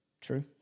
True